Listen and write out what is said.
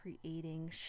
creating